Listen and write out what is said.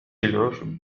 العشب